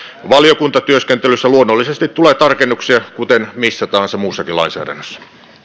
valiokuntatyöskentelyssä luonnollisesti tulee tarkennuksia kuten missä tahansa muussakin lainsäädännössä